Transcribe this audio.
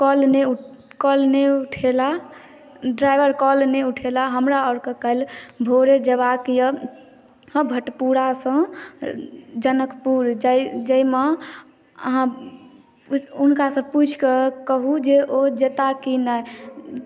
call नहि call नहि उठेलाह ड्राइवर कॉल नहि उठेलाह हमरा आओरके हमरा काल्हि भोरे जयबाक यए भट्टपुरासँ जनकपुर जाहि जाहिमे अहाँ हुनकासँ पूछि कऽ कहू जे ओ जेताह कि नहि